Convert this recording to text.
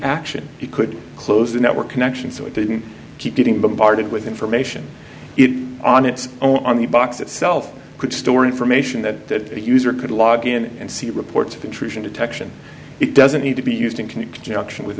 action you could close the network connection so it didn't keep getting bombarded with information on its own the box itself could store information that a user could log in and see reports of intrusion detection it doesn't need to be used in conjunction with